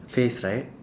face right